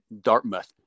Dartmouth